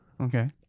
Okay